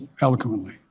eloquently